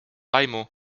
aimu